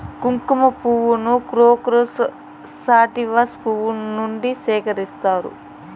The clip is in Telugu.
కుంకుమ పువ్వును క్రోకస్ సాటివస్ పువ్వు నుండి సేకరిస్తారు